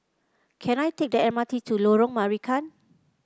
can I take M R T to Lorong Marican